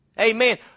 Amen